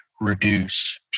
reduce